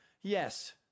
Yes